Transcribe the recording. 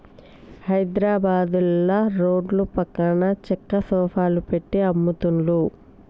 హైద్రాబాదుల రోడ్ల పక్కన చెక్క సోఫాలు పెట్టి అమ్ముతున్లు